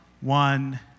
one